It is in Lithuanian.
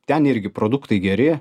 ten irgi produktai geri